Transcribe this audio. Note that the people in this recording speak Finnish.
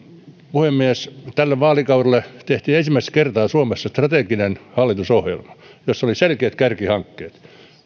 hyvänä puhemies tälle vaalikaudelle tehtiin ensimmäistä kertaa suomessa strateginen hallitusohjelma jossa oli selkeät kärkihankkeet